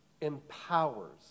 empowers